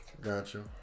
Gotcha